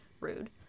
Rude